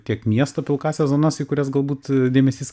tiek miesto pilkąsias zonas į kurias galbūt dėmesys